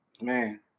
Man